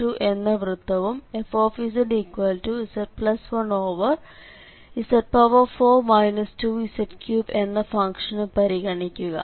z12 എന്ന വൃത്തവും fzz1z4 2z3എന്ന ഫംഗ്ഷനും പരിഗണിക്കുക